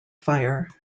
fire